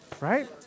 Right